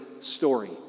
story